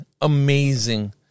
amazing